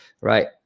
right